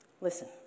Listen